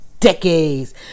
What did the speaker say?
Decades